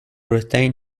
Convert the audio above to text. retain